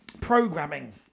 programming